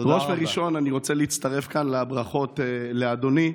ראש וראשון אני רוצה להצטרף כאן לברכות לאדוני.